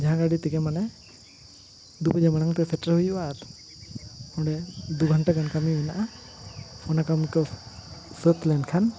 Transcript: ᱡᱟᱦᱟᱸ ᱜᱟᱹᱰᱤ ᱛᱮᱜᱮ ᱢᱟᱱᱮ ᱫᱩ ᱵᱟᱡᱮ ᱢᱟᱲᱟᱝ ᱛᱮ ᱥᱮᱴᱮᱨᱚᱜ ᱦᱩᱭᱩᱜᱼᱟ ᱟᱨ ᱚᱸᱰᱮ ᱟᱨ ᱫᱩ ᱜᱷᱟᱱᱴᱟ ᱜᱟᱱ ᱠᱟᱹᱢᱤ ᱢᱮᱱᱟᱜᱼᱟ ᱚᱱᱟ ᱠᱟᱹᱢᱤ ᱠᱚ ᱥᱟᱹᱛ ᱞᱮᱱ ᱠᱷᱟᱱ